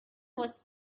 was